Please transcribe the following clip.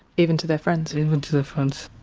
even to their friends? even to their friends.